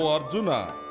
Arjuna